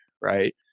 Right